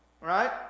Right